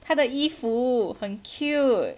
他的衣服很 cute